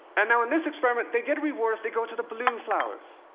and now, in this experiment they get a reward if they go to the blue flowers.